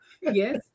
yes